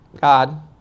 God